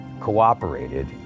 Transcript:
cooperated